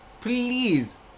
please